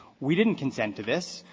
we didn't consent to this.